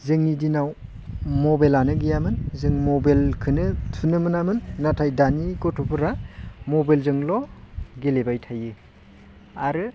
जोंनि दिनाव मबाइलानो गैयामोन जों मबाइलखोनो थुनो मोनामोन नाथाय दानि गथ'फोरा मबाइलजोंल' गेलेबाय थायो आरो